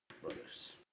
brothers